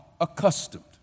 accustomed